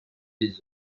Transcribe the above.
des